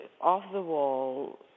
off-the-wall